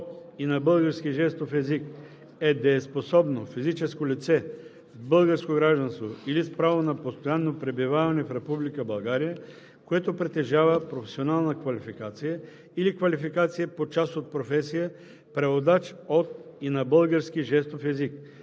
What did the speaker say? и на български жестов език е дееспособно физическо лице с българско гражданство или с право на постоянно пребиваване в Република България, което притежава професионална квалификация или квалификация по част от професия „Преводач от и на български жестов език“